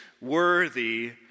worthy